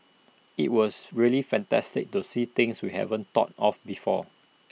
IT was really fantastic to see things we haven't thought of before